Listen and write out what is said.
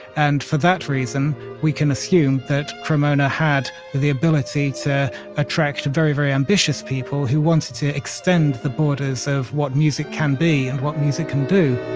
and for that reason, we can assume that cremona had the ability to attract very, very ambitious people who wanted to extend the borders of what music can be and what music can do